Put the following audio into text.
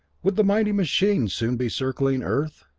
would the mighty machines soon be circling earth?